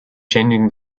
changing